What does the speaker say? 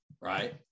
right